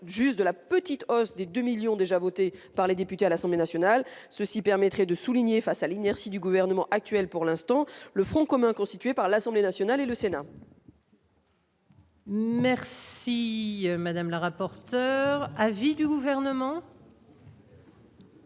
juste de la petite hausse des 2 millions déjà voté par les députés à l'Assemblée nationale, ceci permettrait de souligner face à l'inertie du gouvernement actuel, pour l'instant le Front commun constitué par l'Assemblée nationale et le Sénat. Merci madame la rapporteur à vie du gouvernement.